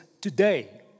today